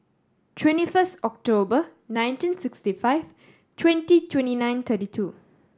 twenty first October nineteen sixty five twenty twenty nine thirty two